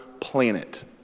planet